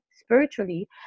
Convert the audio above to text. spiritually